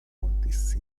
montris